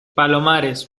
palomares